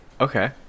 Okay